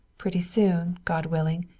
pretty soon, god willing,